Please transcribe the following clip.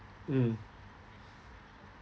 mm